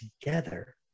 together